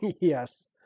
Yes